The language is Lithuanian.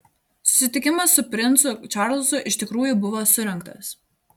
susitikimas su princu čarlzu iš tikrųjų buvo surengtas